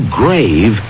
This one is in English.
grave